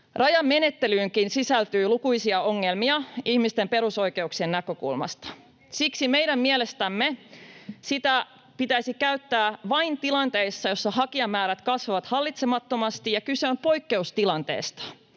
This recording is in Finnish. rajamenettelyynkin sisältyy lukuisia ongelmia ihmisten perusoikeuksien näkökulmasta. Siksi meidän mielestämme sitä pitäisi käyttää vain tilanteissa, joissa hakijamäärät kasvavat hallitsemattomasti ja kyse on poikkeustilanteesta,